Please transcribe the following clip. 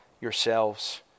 yourselves